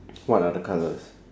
what are the colours